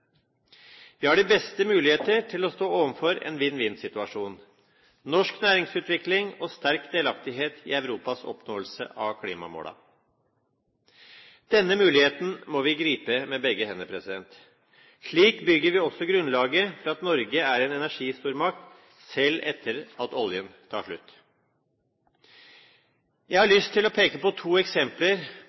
Vi har de beste muligheter til å stå overfor en vinn-vinn-situasjon: norsk næringsutvikling og sterk delaktighet i Europas oppnåelse av klimamålene. Denne muligheten må vi gripe med begge hender. Slik bygger vi også grunnlaget for at Norge er en energistormakt selv etter at oljen tar slutt. Jeg har lyst til å peke på to eksempler